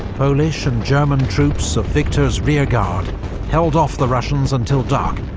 polish and german troops of victor's rearguard held off the russians until dark,